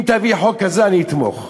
אם תביאי חוק כזה, אני אתמוך.